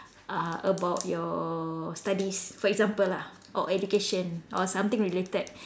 uh about your studies for example lah or education or something related